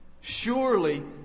Surely